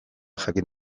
jakin